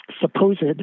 supposed